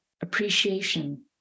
appreciation